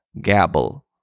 gabble